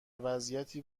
وضعیتی